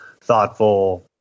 thoughtful